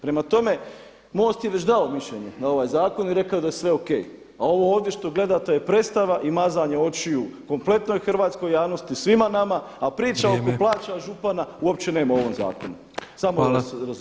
Prema tome, MOST je već dao mišljenje na ovaj zakon i rekao da je sve O.K. A ovo ovdje što gledate je predstava i mazanje očiju kompletnoj hrvatskoj javnosti, svima nama [[Upadica Petrov: Vrijeme.]] a priča oko plaća župana uopće nema u ovom zakonu samo da se razumijemo.